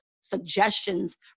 suggestions